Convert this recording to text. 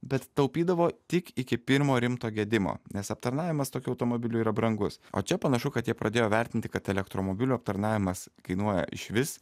bet taupydavo tik iki pirmo rimto gedimo nes aptarnavimas tokių automobilių yra brangus o čia panašu kad jie pradėjo vertinti kad elektromobilių aptarnavimas kainuoja išvis